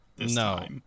no